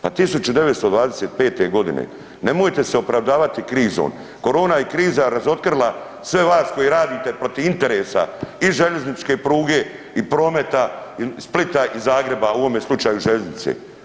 Pa 1925.g. nemojte se opravdavati krizom, korona je kriza razotkrila sve vas koji radite protiv interesa i željezničke pruge i prometa i Splita i Zagreba, u ovome slučaju željeznice.